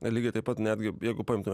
lygiai taip pat netgi jeigu paimtume